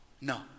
No